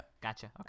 Gotcha